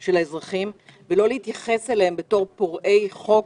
של האזרחים ולא להתייחס אליהם בתור פורעי חוק